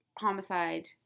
homicide